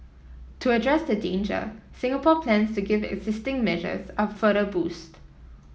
to address the danger Singapore plans to give existing measures a further boost